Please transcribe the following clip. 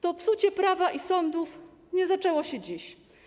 To psucie prawa i sądów nie zaczęło się dziś.